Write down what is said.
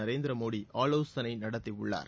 நரேந்திர மோடி ஆலோசனை நடத்தியுள்ளார்